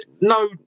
no